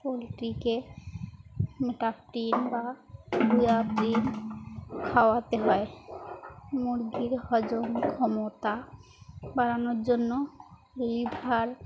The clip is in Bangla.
পোলট্রিকে মিটাকিন বা ডুয়াগ্রিন খাওয়াতে হয় মুরগির হজম ক্ষমতা বাড়ানোর জন্য লিভার